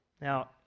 Now